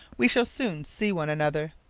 we shall soon see one another,